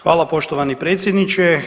Hvala poštovani predsjedniče.